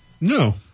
No